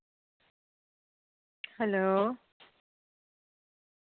hello